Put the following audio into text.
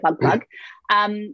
plug-plug